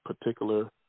particular